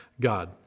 God